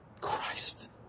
Christ